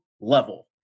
level